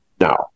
Now